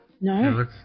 No